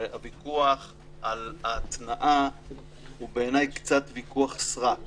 הוויכוח על ההתנעה הוא בעיניי קצת ויכוח סרק